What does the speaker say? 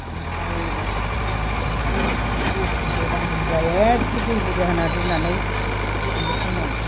ओमफ्राय बे बस्थुखौ रुबाय एखखे दै बुरजा होना रुनानै इसिनिल' खालायनांगौ